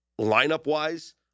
Lineup-wise